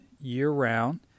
year-round